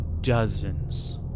dozens